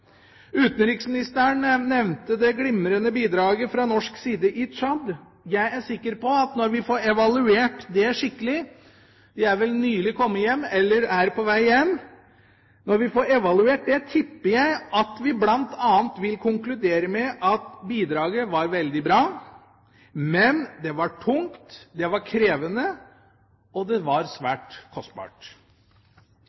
Utenriksministeren nevnte det glimrende bidraget fra norsk side i Tsjad. Jeg er sikker på at når vi får evaluert det skikkelig – de er vel nylig kommet hjem, eller er på vei hjem – vil vi bl.a. konkludere med at bidraget var veldig bra, men det var tungt, det var krevende, og det var